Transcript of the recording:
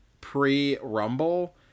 pre-rumble